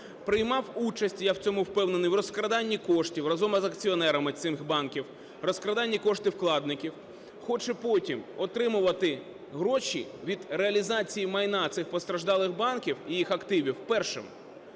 приймав участь, я в цьому впевнений, в розкраданні коштів разом з акціонерами цих банків, в розкраданні коштів вкладників, хоче потім отримувати гроші від реалізації майна цих постраждалих банків і їх активів першим.